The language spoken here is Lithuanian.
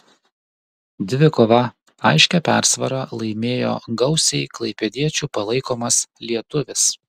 dvikovą aiškia persvara laimėjo gausiai klaipėdiečių palaikomas lietuvis